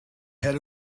head